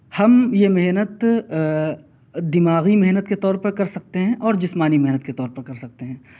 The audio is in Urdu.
ہم یہ محنت دماغی محنت کے طور پر کر سکتے ہیں اور جسمانی محنت کے طور پر کر سکتے ہیں